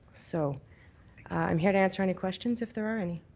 so i'm here to answer any questions if there are any.